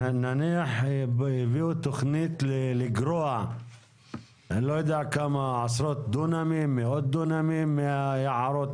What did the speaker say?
נניח הביאו תכנית לגרוע כמה עשרות דונמים מהיערות